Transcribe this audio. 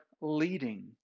leading